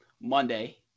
Monday